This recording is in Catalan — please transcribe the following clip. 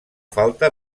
falta